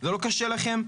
זה לא קשה לכם?